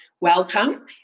welcome